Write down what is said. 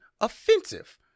offensive